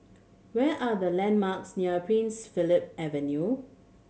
what are the landmarks near Prince Philip Avenue